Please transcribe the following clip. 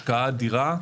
השקעה אדירה,